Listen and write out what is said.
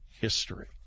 history